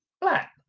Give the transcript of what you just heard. black